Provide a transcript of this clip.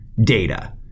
data